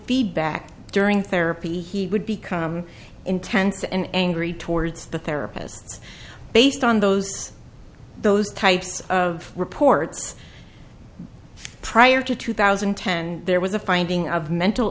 the back during therapy he would become intense and angry towards the therapist based on those those types of reports prior to two thousand and ten there was a finding of mental